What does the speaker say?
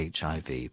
HIV